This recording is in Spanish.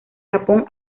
japón